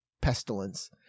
pestilence